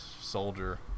soldier